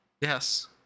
Yes